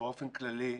באופן כללי,